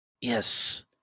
Yes